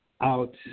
out